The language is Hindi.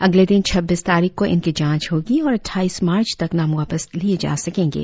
अगले दिन छब्बीस तारीख को इनकी जांच होगी और अट्ठाईस मार्च तक नाम वापस लिए जा सकेंगे